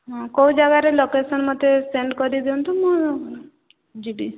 ହଁ କୋଉ ଜାଗାରେ ଲୋକେସନ୍ ମୋତେ ସେଣ୍ଡ୍ କରି ଦିଅନ୍ତୁ ମୁଁ ଯିବି